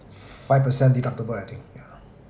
five percent deductible I think yeah